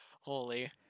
Holy